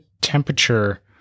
temperature